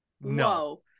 No